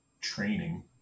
training